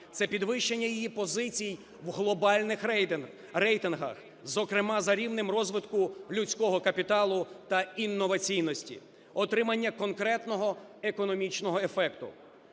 це підвищення її позицій в глобальних рейтингах, зокрема за рівнем розвитку людського капіталу таінноваційності, отримання конкретного економічного ефекту.